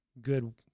good